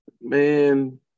Man